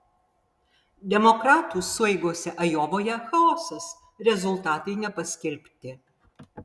demokratų sueigose ajovoje chaosas rezultatai nepaskelbti